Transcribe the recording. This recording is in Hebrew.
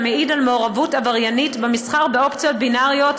המעיד על מעורבות עבריינית במסחר באופציות בינאריות,